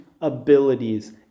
abilities